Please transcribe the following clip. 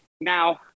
Now